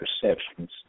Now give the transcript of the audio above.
perceptions